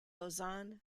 lausanne